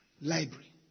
library